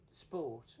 sport